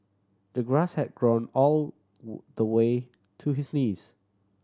the grass had grown all the way to his knees